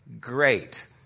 Great